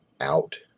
out